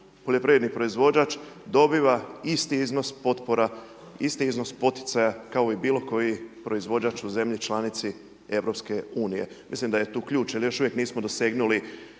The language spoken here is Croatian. poljoprivredni proizvođač dobiva isti iznos potpora, isti iznos poticaja, kao i bilo koji proizvođač u zemlji članici Europske unije. Mislim da je tu ključ, jer još uvijek nismo dosegnuli